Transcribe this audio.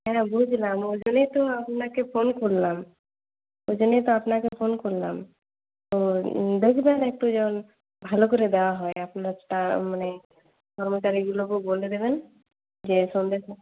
হ্যাঁ বুঝলাম ওই জন্যই তো আপনাকে ফোন করলাম ওই জন্যই তো আপনাকে ফোন করলাম তো দেখবেন একটু যেন ভালো করে দেওয়া হয় আপনারটা মানে কর্মচারীগুলাকেও বলে দেবেন যে সন্ধ্যার